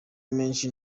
menshi